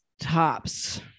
tops